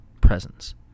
presence